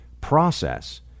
process